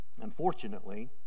Unfortunately